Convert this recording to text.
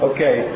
Okay